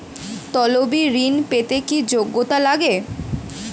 তলবি ঋন পেতে কি যোগ্যতা লাগে?